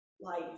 life